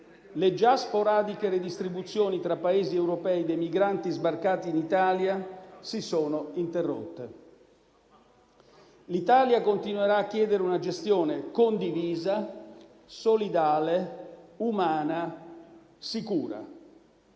le già sporadiche redistribuzioni tra Paesi europei dei migranti sbarcati in Italia si sono interrotte. L'Italia continuerà a chiedere una gestione condivisa, solidale, umana, sicura.